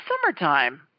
summertime